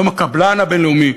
יום הקבלן הבין-לאומי,